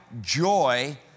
joy